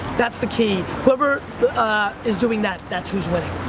that's the key. whoever ah is doing that, that's who's winning.